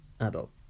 adult